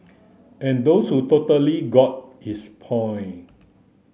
and those who totally got his point